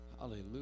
Hallelujah